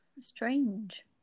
strange